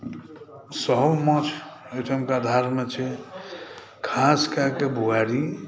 सभ माछ एहिठामका धारमे छै खास कए कऽ बोआरी